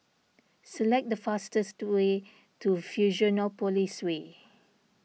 select the fastest way to Fusionopolis Way